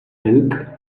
milk